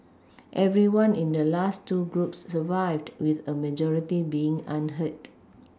everyone in the last two groups survived with a majority being unhurt